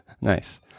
Nice